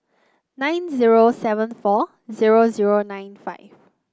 nine zero seven four zero zero nine five